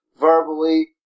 verbally